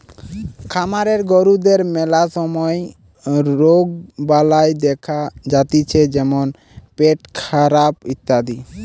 খামারের গরুদের ম্যালা সময় রোগবালাই দেখা যাতিছে যেমন পেটখারাপ ইত্যাদি